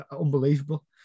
unbelievable